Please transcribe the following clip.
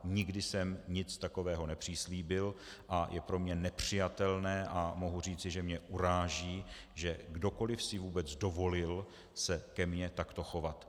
Nikdy jsem nic takového nepřislíbil a je pro mě nepřijatelné a mohu říci, že mě uráží, že kdokoli si vůbec dovolil se ke mně takto chovat.